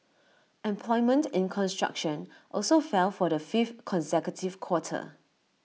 employment in construction also fell for the fifth consecutive quarter